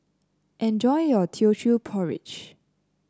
enjoy your Teochew Porridge